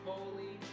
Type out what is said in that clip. Holy